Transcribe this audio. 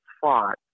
fought